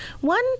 One